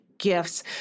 gifts